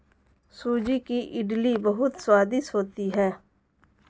सूजी की इडली बहुत स्वादिष्ट होती है